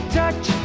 touch